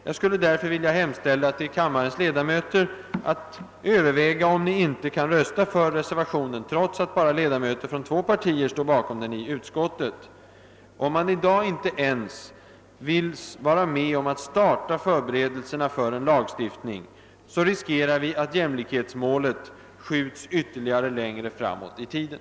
Jag skulle därför vilja hemställa till kammarens ledamöter att överväga, om ni inte kan rösta för reservationen, trots att i utskottet bara ledamöter från två partier står bakom den. Om man i dag inte ens vill vara med om att starta förberedelserna för en lagstiftning, riskerar vi att jämlikhetsmålet skjuts ytterligare längre framåt i tiden.